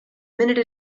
minute